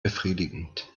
befriedigend